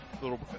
little